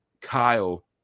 Kyle